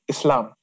Islam